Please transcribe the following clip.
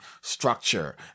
structure